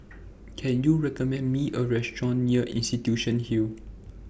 Can YOU recommend Me A Restaurant near Institution Hill